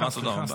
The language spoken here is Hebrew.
מה תודה רבה?